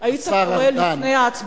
היית קורא לפני ההצבעה שברחת ממנה,